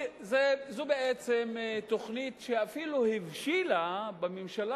זו בעצם תוכנית שאפילו הבשילה בממשלה